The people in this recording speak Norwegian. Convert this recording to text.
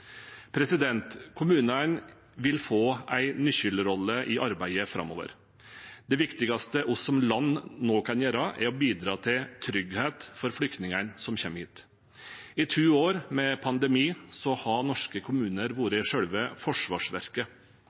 Kommunene vil få en nøkkelrolle i arbeidet framover. Det viktigste vi som land nå kan gjøre, er å bidra til trygghet for flyktningene som kommer hit. I to år med pandemi har norske kommuner vært selve forsvarsverket,